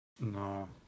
No